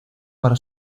para